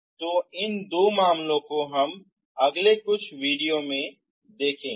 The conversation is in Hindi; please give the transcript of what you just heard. तो इन दो मामलों को हम अगले कुछ वीडियो में देखेंगे